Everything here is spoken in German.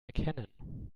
erkennen